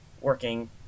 working